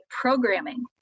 programming